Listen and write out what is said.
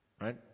right